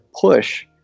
push